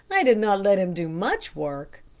i did not let him do much work.